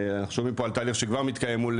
אנחנו שומעים פה על תהליך שכבר מתקיים מול